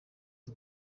y’u